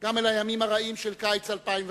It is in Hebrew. גם אל הימים הרעים של קיץ 2005,